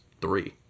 three